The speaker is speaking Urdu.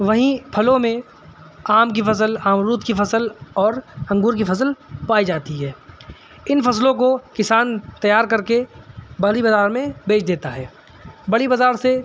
وہیں پھلوں میں آم کی فصل امرود کی فصل اور انگور کی فصل پائی جاتی ہے ان فصلوں کو کسان تیار کر کے بڑی بازار میں بیچ دیتا ہے بڑی بزار سے